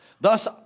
Thus